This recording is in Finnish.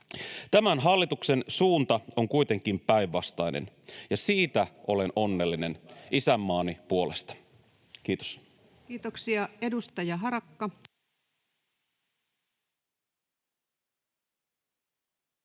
Tämän hallituksen suunta on kuitenkin päinvastainen, [Timo Harakka: Kyllä, taaksepäin!] ja siitä olen onnellinen isänmaani puolesta. — Kiitos. Kiitoksia. — Edustaja Harakka.